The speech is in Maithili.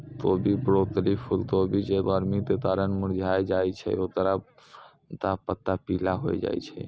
कोबी, ब्रोकली, फुलकोबी जे गरमी के कारण मुरझाय जाय छै ओकरो पुरनका पत्ता पीला होय जाय छै